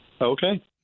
Okay